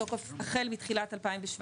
בתוקף החל מתחילת 2017,